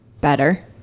better